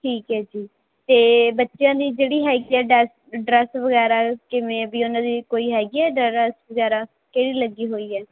ਠੀਕ ਹੈ ਜੀ ਅਤੇ ਬੱਚਿਆਂ ਦੀ ਜਿਹੜੀ ਹੈਗੀ ਆ ਡੈਸ ਡਰੈਸ ਵਗੈਰਾ ਕਿਵੇਂ ਵੀ ਉਹਨਾਂ ਦੀ ਕੋਈ ਹੈਗੀ ਹੈ ਡਰੈਸ ਵਗੈਰਾ ਕਿਹੜੀ ਲੱਗੀ ਹੋਈ ਹੈ